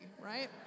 right